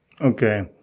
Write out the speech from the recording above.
Okay